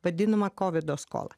vadinamą kovido skolą